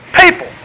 People